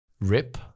Rip